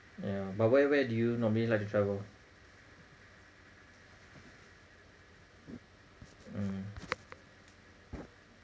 yeah but where where do you normally like to travel